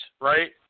right